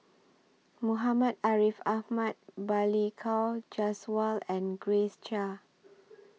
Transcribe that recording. Muhammad Ariff Ahmad Balli Kaur Jaswal and Grace Chia